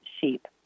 sheep